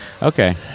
Okay